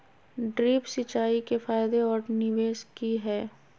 Drip सिंचाई के फायदे और निवेस कि हैय?